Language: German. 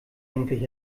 endlich